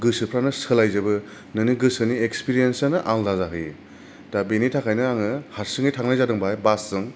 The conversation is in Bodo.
गोसोफ्रानो सोलायजोबो नोंनि गोसोनि एक्सपिरियेन्सानो आलदा जाहैयो दा बेनि थाखायनो आङो हारसिङै थांनाय जादों बेहाय बासजों